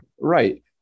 right